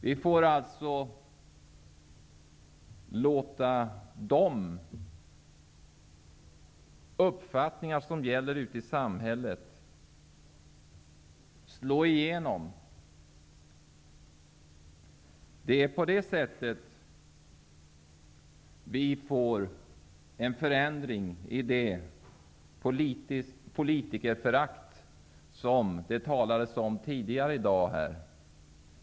Vi får alltså låta de uppfattningar som gäller ute i samhället slå igenom. Det är på det sättet vi får en förändring i det politikerförakt som det talades om tidigare i dag.